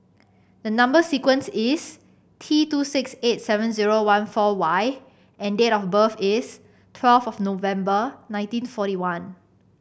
the number sequence is T two six eight seven zero one four Y and date of birth is twelve of November nineteen forty one